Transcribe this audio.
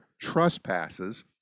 trespasses